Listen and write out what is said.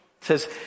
says